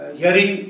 hearing